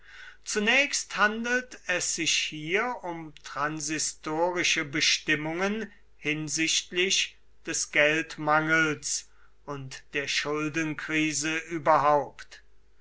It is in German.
zunächst handelte es sich hier um transitorische bestimmungen hinsichtlich des geldmangels und der schuldenkrise überhaupt